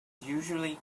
usually